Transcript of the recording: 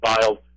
filed